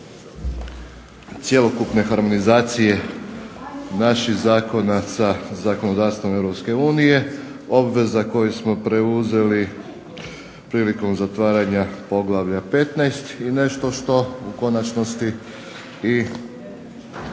cjelokupne harmonizacije naših zakona sa zakonodavstvom Europske unije, obveza koju smo preuzeli prilikom zatvaranja poglavlja 15. i nešto što u konačnosti i